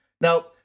Now